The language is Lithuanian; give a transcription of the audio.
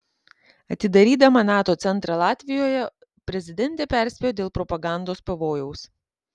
atidarydama nato centrą latvijoje prezidentė perspėjo dėl propagandos pavojaus